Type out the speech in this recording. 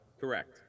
Correct